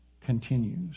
continues